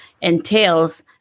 entails